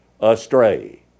astray